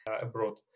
abroad